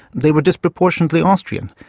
they were disproportionately austrian.